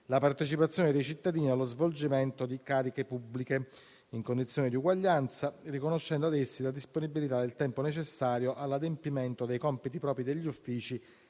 la partecipazione dei cittadini allo svolgimento di cariche pubbliche, in condizione di uguaglianza, riconoscendo ad essi la disponibilità del tempo necessario all'adempimento dei compiti propri degli uffici